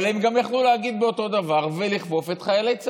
אבל הם יכלו גם להגיד אותו דבר ולכפוף את חיילי צה"ל.